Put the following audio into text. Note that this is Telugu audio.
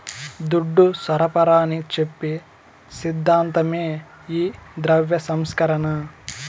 దుడ్డు సరఫరాని చెప్పి సిద్ధాంతమే ఈ ద్రవ్య సంస్కరణ